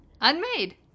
Unmade